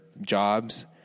jobs